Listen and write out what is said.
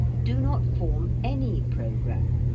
do not form any programme.